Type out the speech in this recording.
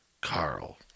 Carl